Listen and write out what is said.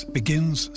begins